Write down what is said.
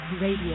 Radio